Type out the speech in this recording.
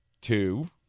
Two